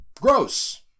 gross